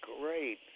great